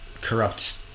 corrupt